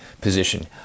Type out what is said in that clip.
position